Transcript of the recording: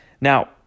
Now